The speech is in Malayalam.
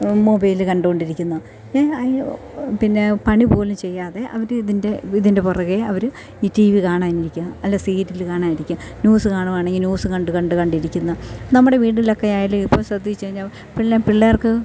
മൊബൈൽ കണ്ടു കൊണ്ടിരിക്കുന്നു അയ്യോ പിന്നെ പണി പോലും ചെയ്യാതെ അവരിതിൻ്റെ ഇതിൻ്റെ പുറകെ അവർ ഈ ടി വി കാണാനിരിക്കും അല്ലേ സീരിയൽ കാണാനിരിക്കും ന്യൂസ് കാണുകയാണെങ്കിൽ ന്യൂസ് കണ്ടു കണ്ടു കണ്ടിരിക്കുന്നു നമ്മുടെ വീടിലൊക്കെയായാലും ഇപ്പോൾ ശ്രദ്ധിച്ചു കഴിഞ്ഞാൽ പിള്ളേ പിള്ളേർക്ക്